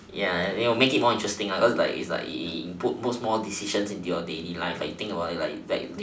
ya you'll make it more interesting like like it it it it puts more decisions into your daily life you you think about it like like